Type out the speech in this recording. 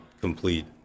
complete